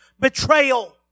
betrayal